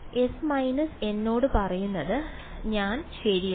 S− എന്നോട് പറയുന്നത് ഞാൻ ശരിയാണ്